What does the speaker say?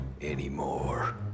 anymore